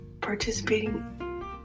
participating